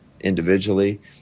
individually